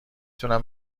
تونم